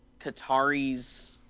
Qatari's